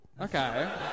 Okay